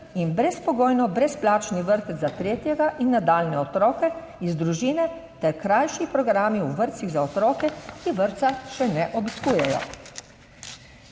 in brezpogojno brezplačni vrtec za tretjega in nadaljnje otroke iz družine ter krajši programi v vrtcih za otroke, ki vrtca še ne obiskujejo.